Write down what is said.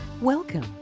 Welcome